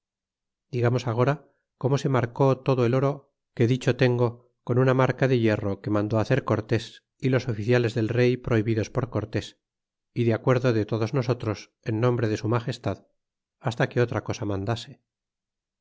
digamos agora como se marcó todo el oro que dicho tengo con una marca de hierro que mandó hacer cortés y los oficiales del rey prohibidos por cortés y de acuerdo de todos nosotros en nombre de s m hasta que otra cosa mandase